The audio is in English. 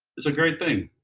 it's a great thing.